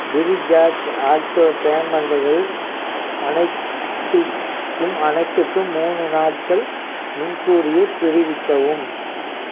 Freecharge auto பேமெண்டுகள் அனைத்துக்கும் அனைத்துக்கும் மூணு நாட்கள் முன்கூடியே தெரிவிக்கவும்